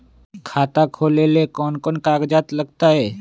खाता खोले ले कौन कौन कागज लगतै?